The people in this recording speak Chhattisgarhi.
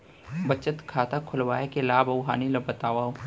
बचत खाता खोलवाय के लाभ अऊ हानि ला बतावव?